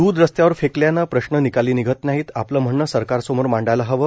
द्ध रस्त्यावर फेकल्यानं प्रश्न निकाली निघत नाहीत आपलं म्हणणं सरकारसमोर मांडायला हवं